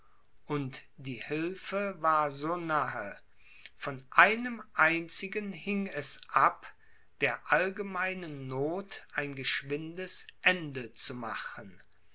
und die hilfe war so nahe von einem einzigen hing es ab der allgemeinen noth ein geschwindes ende zu machen